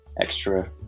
extra